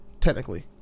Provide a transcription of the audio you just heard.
technically